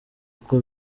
uko